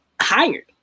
hired